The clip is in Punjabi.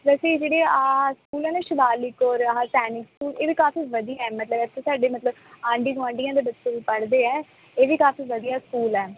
ਵੈਸੇ ਜਿਹੜੇ ਆਹ ਸਕੂਲਾਂ ਹੈ ਨਾ ਸ਼ਿਵਾਲਿਕ ਔਰ ਆਹ ਸੈਨਿਕ ਸਕੂਲ ਇਹ ਵੀ ਕਾਫੀ ਵਧੀਆ ਮਤਲਬ ਇੱਥੇ ਸਾਡੇ ਮਤਲਬ ਆਂਡੀ ਗੁਆਂਢੀਆਂ ਦੇ ਬੱਚੇ ਵੀ ਪੜ੍ਹਦੇ ਆ ਇਹ ਵੀ ਕਾਫੀ ਵਧੀਆ ਸਕੂਲ ਹੈ